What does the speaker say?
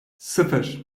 sıfır